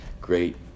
Great